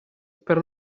per